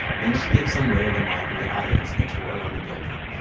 then, she gives some random mom from the audience a tour around the building.